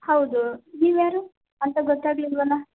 ಹೌದು ನೀವು ಯಾರು ಅಂತ ಗೊತ್ತಾಗಲಿಲ್ವಲ್ಲ